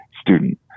student